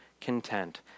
content